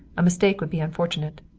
a mistake would be unfortunate.